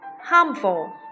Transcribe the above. harmful